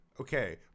Okay